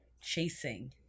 chasing